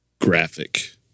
graphic